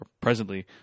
presently